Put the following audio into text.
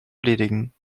erledigen